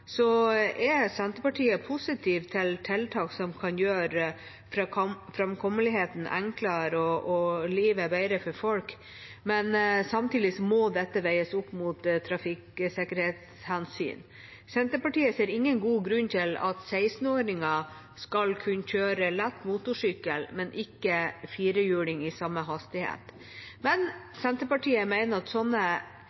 folk, men samtidig må dette veies opp mot trafikksikkerhetshensyn. Senterpartiet ser ingen god grunn til at 16-åringer skal kunne kjøre lett motorsykkel, men ikke firehjuling i samme hastighet. Men